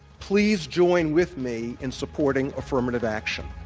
please join with me in supporting affirmative action.